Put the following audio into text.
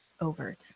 overt